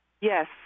Yes